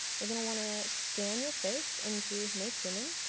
you're going to want to scan your face into makehuman.